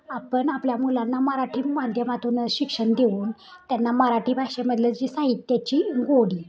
आपण आपल्या मुलांना मराठी माध्यमातून शिक्षण देऊन त्यांना मराठी भाषेमधलं जी साहित्याची गोडी